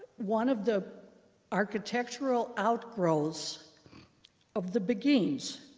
one of the architectural outgrowths of the beguines,